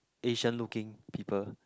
Asian looking people